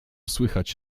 słychać